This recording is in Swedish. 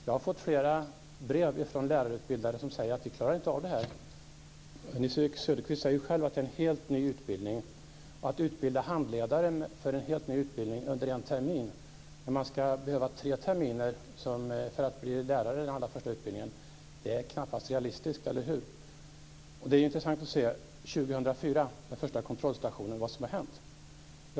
Jag har fått flera brev från lärarutbildare som säger att de inte klarar av detta. Nils-Erik Söderqvist säger själv att det är en helt ny utbildning. Det är knappast realistiskt att utbilda handledare för en helt ny utbildning under en termin när det behövs tre terminer för att bli lärare, eller hur? Det ska bli intressant att se vad som har hänt vid den första kontrollstationen 2004.